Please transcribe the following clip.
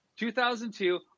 2002